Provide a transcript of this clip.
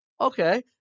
Okay